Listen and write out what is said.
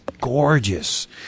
gorgeous